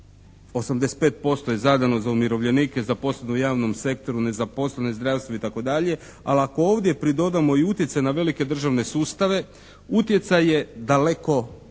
85% je zadano za umirovljenike, zaposlene u javnom sektoru, nezaposlene, zdravstvo, itd., ali ako ovdje pridodamo i utjecaj na velike državne sustave utjecaj je daleko